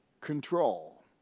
control